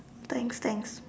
thanks thanks